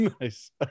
Nice